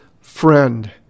friend